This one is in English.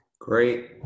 Great